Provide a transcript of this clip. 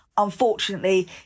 unfortunately